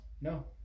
No